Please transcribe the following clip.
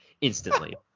instantly